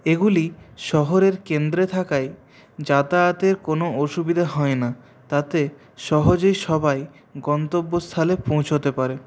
এগুলি শহরের কেন্দ্রে থাকায় যাতায়াতের কোনো অসুবিধা হয় না তাতে সহজেই সবাই গন্তব্যস্থলে পৌঁছতে পারে